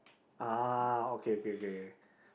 ah okay okay okay